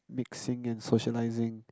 mixing and socializing